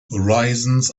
horizons